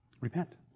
Repent